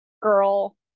girl